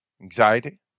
anxiety